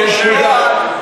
ויש פקודה,